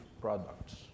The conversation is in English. products